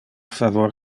favor